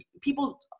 people